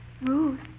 Ruth